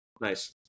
Nice